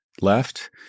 left